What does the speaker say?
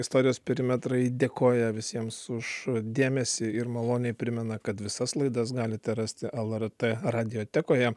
istorijos perimetrai dėkoja visiems už dėmesį ir maloniai primena kad visas laidas galite rasti lrt radiotekoje